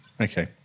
Okay